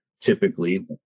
typically